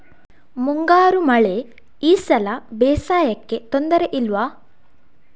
ಮುಂಗಾರು ಮಳೆ ಈ ಸಲ ಬೇಸಾಯಕ್ಕೆ ತೊಂದರೆ ಇಲ್ವ?